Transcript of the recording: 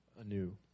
anew